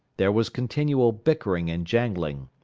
there was continual bickering and jangling.